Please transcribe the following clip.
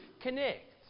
connect